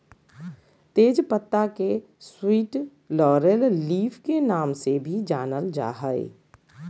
तेज पत्ता के स्वीट लॉरेल लीफ के नाम से भी जानल जा हइ